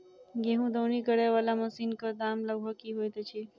गेंहूँ दौनी करै वला मशीन कऽ दाम लगभग की होइत अछि?